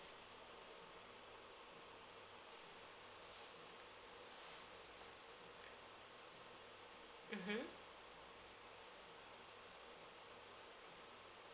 mmhmm